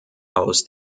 aus